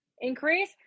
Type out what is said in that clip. increase